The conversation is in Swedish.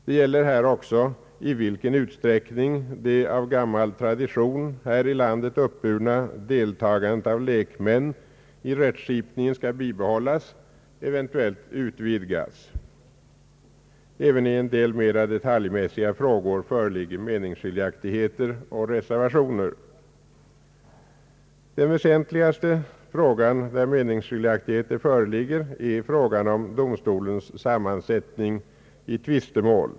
Det gäl ler här också i vilken utsträckning det av gammal tradition här i landet uppburna deltagandet av lekmän i rättskipningen skall bibehållas, eventuellt utvidgas. Även i en del mera detaljmässiga frågor föreligger meningsskiljaktigheter och reservationer. Den väsentligaste fråga där meningsskiljaktigheter föreligger gäller domstolens sammansättning i tvistemål.